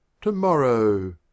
to-morrow